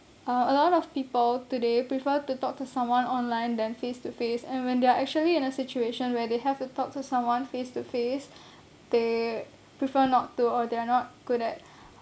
uh a lot of people today prefer to talk to someone online than face to face and when they're actually in a situation where they have to talk to someone face to face they prefer not to or they're not good at